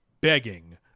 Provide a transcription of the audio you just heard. begging